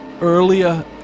earlier